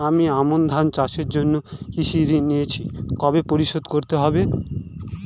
আমি আমন ধান চাষের জন্য কৃষি ঋণ নিয়েছি কবে পরিশোধ করতে হবে?